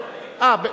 אני,